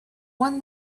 won